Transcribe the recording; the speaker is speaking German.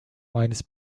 meines